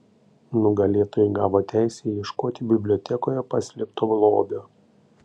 nugalėtojai gavo teisę ieškoti bibliotekoje paslėpto lobio